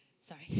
Sorry